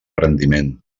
rendiment